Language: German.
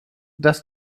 dass